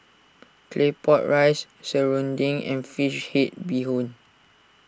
Claypot Rice Serunding and Fish Head Bee Hoon